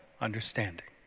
understanding